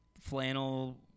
flannel